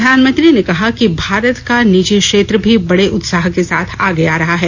प्रधानमंत्री ने कहा कि भारत का निजी क्षेत्र भी बड़े उत्साह के साथ आगे आ रहा है